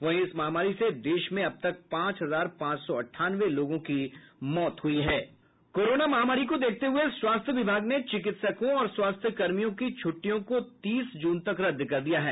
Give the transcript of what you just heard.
वहीं इस महामारी से देश में अब तक पांच हजार पांच सौ अंठानवे लोगों की मौत हुई है कोरोना महामारी को देखते हुए स्वास्थ्य विभाग ने चिकित्सकों और स्वास्थ्य कर्मियों की छुट्टियों को तीस जून तक रद्द कर दिया है